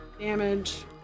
damage